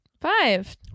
Five